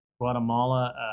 Guatemala